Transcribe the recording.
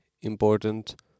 important